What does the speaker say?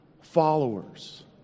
followers